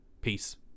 Peace